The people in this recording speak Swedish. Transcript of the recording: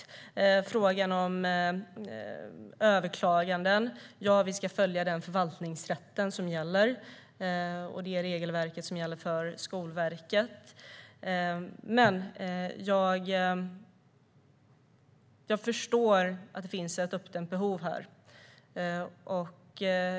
När det gäller frågan om överklaganden ska vi följa den förvaltningsrätt som gäller och det regelverk som gäller för Skolverket. Jag förstår att det finns ett uppdämt behov här.